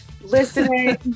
listening